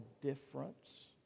difference